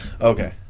Okay